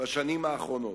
בשנים האחרונות.